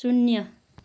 शून्य